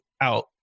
out